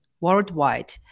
worldwide